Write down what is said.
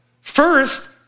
First